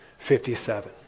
57